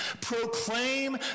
proclaim